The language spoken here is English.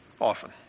often